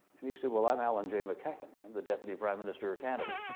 and he said, well, i'm allan j. maceachen, um the deputy prime minister of canada.